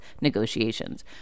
negotiations